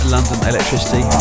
Londonelectricity